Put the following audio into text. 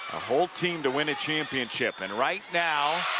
a whole team to win a championship and right now